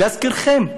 להזכירכם,